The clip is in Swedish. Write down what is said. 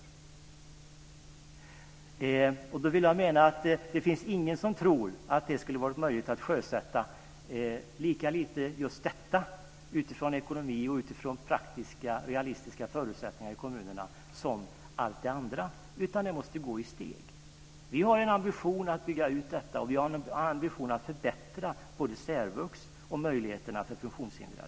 Jag vill mena att ingen tror att det var lättare att sjösätta just detta utifrån ekonomi och utifrån praktiska realistiska förutsättningar i kommunerna än allt det andra, utan det måste gå i steg. Vi har en ambition att bygga ut detta, och vi har en ambition att förbättra både särvux och möjligheterna för funktionshindrade.